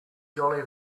jolly